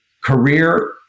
career